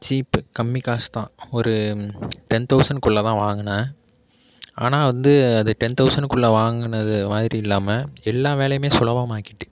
சீப்பு கம்மி காசுதான் ஒரு டென் தௌசண்ட்குள்ளே தான் வாங்கினேன் ஆனால் வந்து அது டென் தௌசண்ட்குள்ளே வாங்கினது மாதிரி இல்லாமல் எல்லா வேலையுமே சுலபமாக்கிட்டு